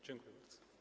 Dziękuję bardzo.